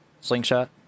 slingshot